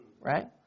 right